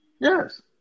Yes